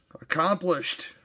Accomplished